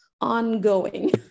ongoing